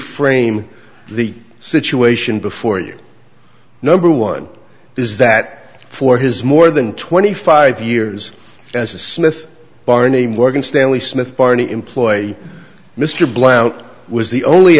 frame the situation before you number one is that for his more than twenty five years as a smith barney morgan stanley smith barney employee mr blount was the only